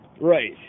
right